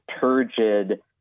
turgid